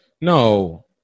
No